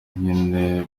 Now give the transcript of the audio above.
nyene